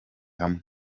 hamwe